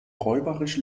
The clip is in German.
räuberisch